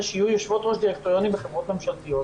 שיהיו יושבות-ראש דירקטוריונים בחברות ממשלתיות.